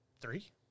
Three